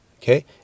okay